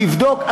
תבדוק.